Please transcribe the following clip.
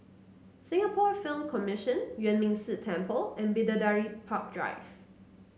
Singapore Film Commission Yuan Ming Si Temple and Bidadari Park Drive